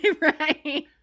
Right